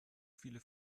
viele